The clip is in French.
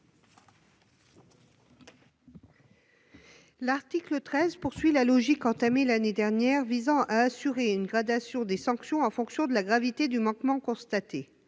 L'article 13 poursuit la logique entamée l'année dernière de gradation des sanctions en fonction de la gravité du manquement constaté.